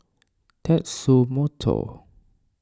Tatsumoto